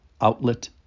Outlet